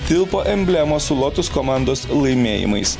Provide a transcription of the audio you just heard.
tilpo emblemos su lotus komandos laimėjimais